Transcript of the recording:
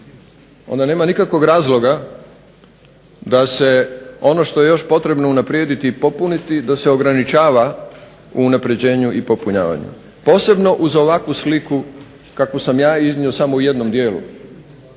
onda nema nikakvog razloga da se ono što je još potrebno unaprijediti i popuniti da se ograničava u unapređenju i popunjavanju. Posebno uz ovakvu sliku kakvu sam ja iznio samo u jednom dijelu,